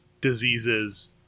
diseases